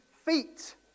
feet